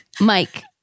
Mike